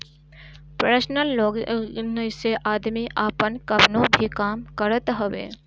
personal loan से आदमी आपन कवनो भी काम करत हवे